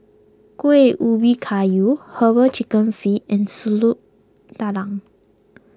Kuih Ubi Kayu Herbal Chicken Feet and Su Lu Tulang